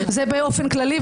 זה באופן כללי,